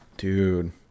Dude